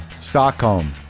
Stockholm